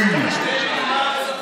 חבר הכנסת אשר, איפה חברות הכנסת אצלכם?